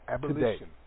Abolition